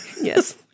Yes